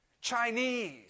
Chinese